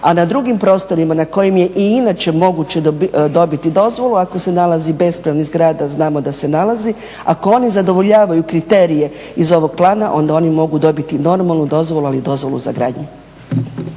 a na drugim prostorima na kojim je i inače moguće dobiti dozvolu ako se nalazi bespravni zgrada, a znamo a se nalazi, ako oni zadovoljavaju kriterije iz ovog plana onda oni mogu dobiti normalnu dozvolu, ali dozvolu za gradnju.